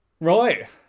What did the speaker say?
right